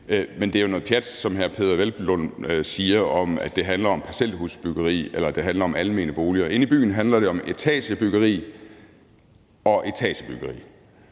Men det er jo noget pjat, når hr. Peder Hvelplund siger, at det handler om parcelhusbyggeri eller om almene boliger. Inde i byen handler det om etagebyggeri og etagebyggeri.